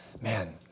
man